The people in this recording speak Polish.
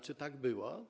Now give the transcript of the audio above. Czy tak było?